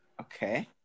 Okay